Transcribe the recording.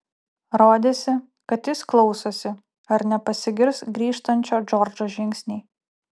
rodėsi kad jis klausosi ar nepasigirs grįžtančio džordžo žingsniai